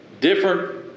different